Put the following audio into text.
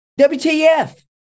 WTF